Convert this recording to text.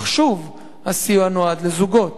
אך שוב הסיוע נועד לזוגות.